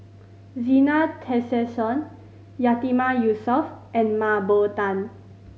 Zena Tessensohn Yatiman Yusof and Mah Bow Tan